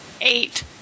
eight